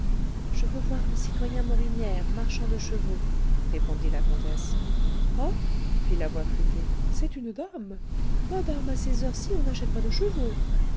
je veux voir le citoyen morinière marchand de chevaux répondit la comtesse ah fit la voix flûtée c'est une dame madame à ces heures ci on n'achète pas de chevaux